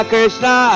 Krishna